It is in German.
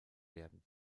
werden